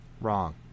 Wrong